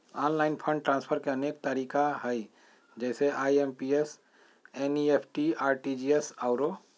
online fund transfer के अनेक तरिका हइ जइसे आइ.एम.पी.एस, एन.ई.एफ.टी, आर.टी.जी.एस आउरो